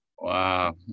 Wow